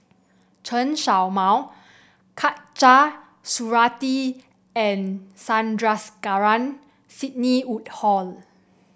Chen Show Mao Khatijah Surattee and Sandrasegaran Sidney Woodhull